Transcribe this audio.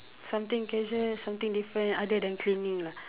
something casual something different other than cleaning lah